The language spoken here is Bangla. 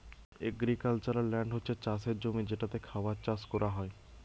এগ্রিক্যালচারাল ল্যান্ড হচ্ছে চাষের জমি যেটাতে খাবার চাষ কোরা হয়